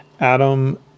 Adam